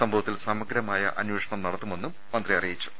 സംഭവത്തിൽ സമ ഗ്രമായ അന്വേഷണം നടത്തുമെന്നും മന്ത്രി അറിയിച്ചു